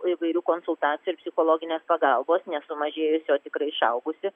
įvairių konsultacijų ir psichologinės pagalbos nesumažėjusį o tikrai išaugusį